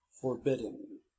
forbidden